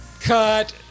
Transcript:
Cut